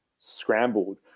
scrambled